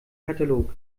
katalog